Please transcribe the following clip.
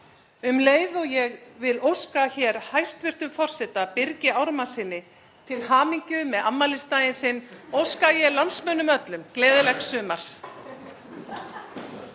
Um leið og ég vil óska hér hæstv. forseta, Birgi Ármannssyni, til hamingju með afmælisdaginn sinn óska ég landsmönnum öllum gleðilegs sumars.